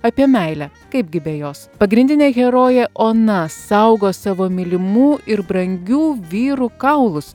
apie meilę kaipgi be jos pagrindinė herojė ona saugo savo mylimų ir brangių vyrų kaulus